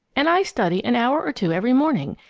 and i study an hour or two every morning,